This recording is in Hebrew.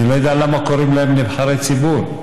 אני לא יודע למה קוראים להם נבחרי ציבור.